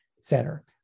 center